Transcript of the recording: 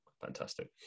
Fantastic